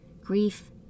grief